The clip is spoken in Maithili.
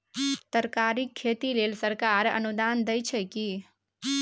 तरकारीक खेती लेल सरकार अनुदान दै छै की?